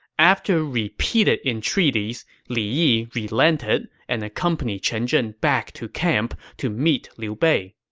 after repeated entreaties, li yi relented and accompanied chen zhen back to camp to meet liu bei.